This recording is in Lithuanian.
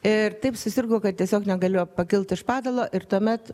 ir taip susirgo kad tiesiog negalėjo pakilt iš patalo ir tuomet